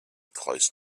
close